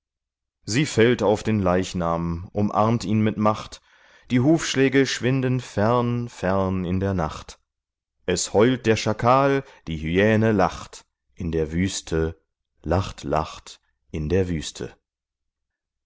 sie fällt auf den leichnam umarmt ihn mit macht die hufschläge schwinden fern fern in der nacht es heult der schakal die hyäne lacht in der wüste lacht lacht in der wüste